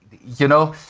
you know,